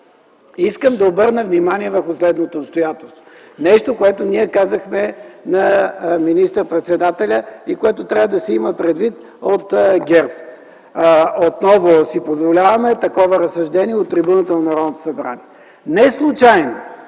Искам да обърна внимание върху едно обстоятелство, което казахме на министър-председателя и което трябва да се има предвид от ГЕРБ. Отново си позволяваме такова разсъждение от трибуната на Народното събрание. Неслучайно